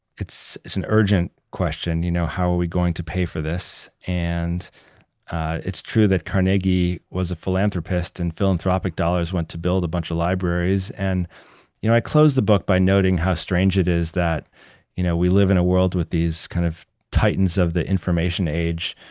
it's it's an urgent question, you know how are we going to pay for this? and it's true that carnegie was a philanthropist and philanthropic dollars went to build a bunch of libraries. and you know i closed the book by noting how strange it is that you know we live in a world with these kind of titans of the information age,